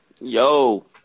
Yo